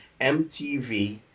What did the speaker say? MTV